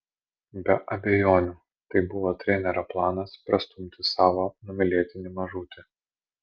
be abejonių tai buvo trenerio planas prastumti savo numylėtinį mažutį